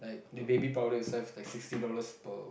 the baby powder itself is like sixty dollars per